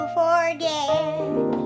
forget